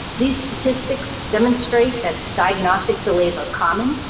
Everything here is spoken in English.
these statistics demonstrate that diagnostic delays are common.